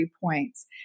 points